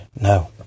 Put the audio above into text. No